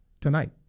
tonight